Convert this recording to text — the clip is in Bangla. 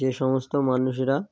যে সমস্ত মানুষেরা